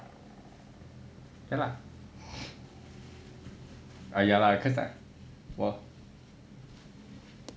oh ya lah cause I 我